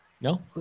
No